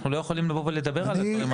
אנחנו לא יכולים לבוא ולדבר עליהם.